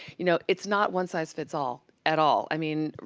you know, it's not one-size-fits-all, at all. i mean,